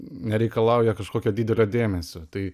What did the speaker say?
nereikalauja kažkokio didelio dėmesio tai